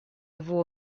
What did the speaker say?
его